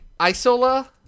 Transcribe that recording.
Isola